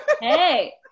Hey